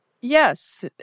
yes